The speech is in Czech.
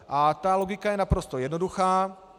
A ta logika je naprosto jednoduchá.